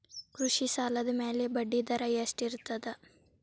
ಕೃಷಿ ಸಾಲದ ಮ್ಯಾಲೆ ಬಡ್ಡಿದರಾ ಎಷ್ಟ ಇರ್ತದ?